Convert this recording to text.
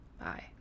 Bye